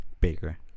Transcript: Baker